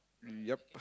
yup